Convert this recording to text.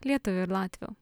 lietuvių ir latvių